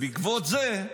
מי זה?